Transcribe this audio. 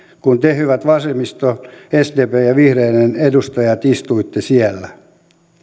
kun te hyvät vasemmiston sdpn ja vihreiden edustajat istuitte siellä